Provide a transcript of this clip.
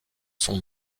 sont